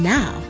Now